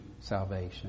salvation